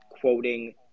quoting